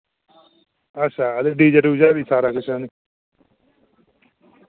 अच्छा ते डी जे डुजे बी सारा किश हैनी